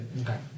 Okay